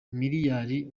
miliyari